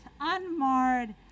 unmarred